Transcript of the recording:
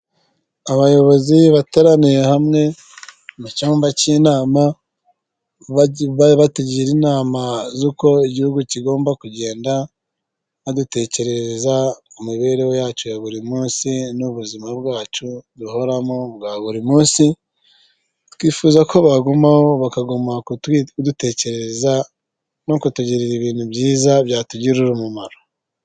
Abayobozi bateraniye hamwe mu cyumba cy'inama batugira inama z'uko igihugu kigomba kugenda badutekerereza ku mibereho yacu ya buri munsi n'ubuzima bwacu duhora mo bwa buri munsi twifuza ko baguma badutekerezrea no kutugirira ibintu byiza byatugirira umumaro .